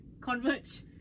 converge